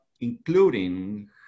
including